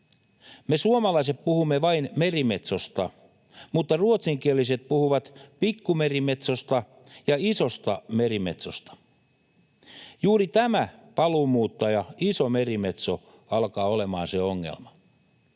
Me suomalaiset puhumme vain merimetsosta, mutta ruotsinkieliset puhuvat pikkumerimetsosta ja isosta merimetsosta. Juuri tämä paluumuuttaja, iso merimetso, alkaa olemaan se ongelma.